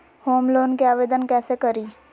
Home loan के आवेदन कैसे करि?